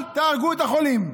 אל תהרגו את החולים.